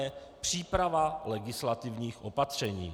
7. příprava legislativních opatření.